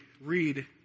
read